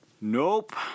nope